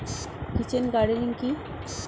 Kitchen gardening কি?